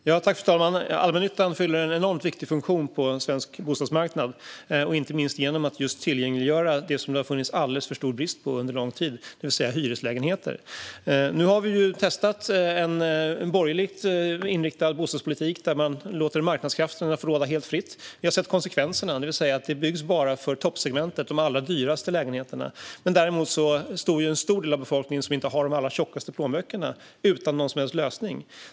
Fru talman! Allmännyttan fyller en enormt viktig funktion på svensk bostadsmarknad inte minst genom att tillgängliggöra det som det rått alldeles för stor brist på under lång tid, det vill säga hyreslägenheter. Nu har vi testat en borgerligt inriktad bostadspolitik där man låter marknadskrafterna råda helt fritt. Vi har sett konsekvenserna - att det bara byggs för toppsegmentet, de allra dyraste lägenheterna. Däremot står den stora del av befolkningen som inte har de allra tjockaste plånböckerna utan någon som helst lösning.